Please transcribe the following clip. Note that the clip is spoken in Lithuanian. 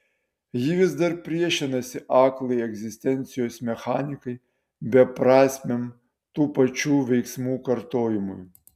ji vis dar priešinasi aklai egzistencijos mechanikai beprasmiam tų pačių veiksmų kartojimui